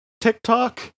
TikTok